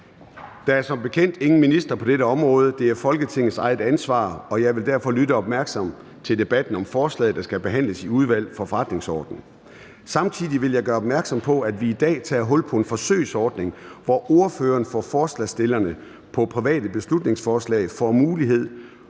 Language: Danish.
Der er som bekendt ingen minister på dette område. Det er Folketingets eget ansvar, og jeg vil derfor lytte opmærksomt til debatten om forslaget, der skal behandles i Udvalget for Forretningsordenen. Samtidig vil jeg gøre opmærksom på, at vi i dag tager hul på en forsøgsordning, hvor ordføreren for forslagsstillerne på private beslutningsforslag får mulighed